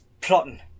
plotting